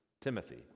Timothy